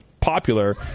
popular